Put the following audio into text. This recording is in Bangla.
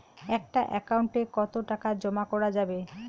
একটা একাউন্ট এ কতো টাকা জমা করা যাবে?